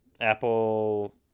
Apple